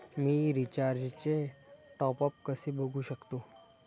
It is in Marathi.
मी रिचार्जचे टॉपअप कसे बघू शकतो?